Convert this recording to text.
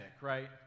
right